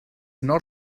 not